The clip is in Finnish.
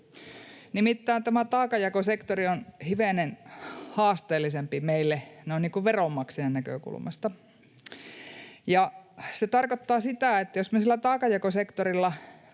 Nimittäin tämä taakanjakosektori on hivenen haasteellisempi meille noin niin kuin veronmaksajien näkökulmasta. Se tarkoittaa sitä, että jos me sillä taakanjakosektorilla